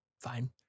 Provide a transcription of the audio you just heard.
Fine